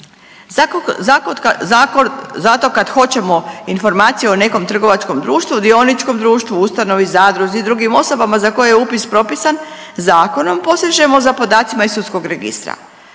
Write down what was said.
Zato kad hoćemo informacije o nekom trgovačkom društvu, dioničkom društvu, ustanovi, zadruzi i drugim osobama za koje je upis propisan zakonom, posežemo za podacima iz sudskog registra.